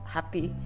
Happy